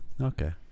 Okay